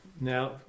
Now